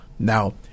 Now